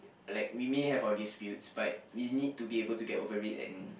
like we may have our disputes but you need to be able get overrate and